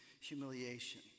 humiliation